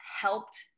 helped